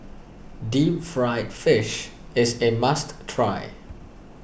Deep Fried Fish is a must try